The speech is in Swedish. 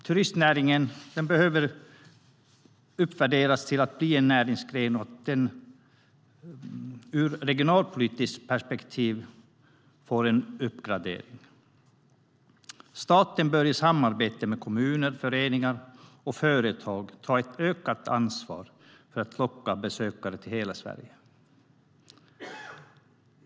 Turistnäringen behöver uppvärderas som näringsgren, och ur ett regionalpolitiskt perspektiv behöver den få en uppgradering. Staten bör i samarbete med kommuner, föreningar och företag ta ett ökat ansvar för att locka besökare till hela Sverige.